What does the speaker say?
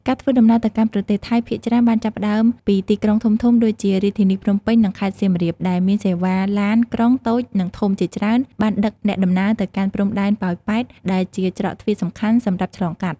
ការធ្វើដំណើរទៅកាន់ប្រទេសថៃភាគច្រើនបានចាប់ផ្តើមពីទីក្រុងធំៗដូចជារាជធានីភ្នំពេញនិងខេត្តសៀមរាប ដែលមានសេវាឡានក្រុងតូចនិងធំជាច្រើនបានដឹកអ្នកដំណើរទៅកាន់ព្រំដែនប៉ោយប៉ែត ដែលជាច្រកទ្វារសំខាន់សម្រាប់ឆ្លងកាត់។